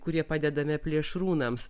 kurie padedame plėšrūnams